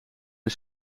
een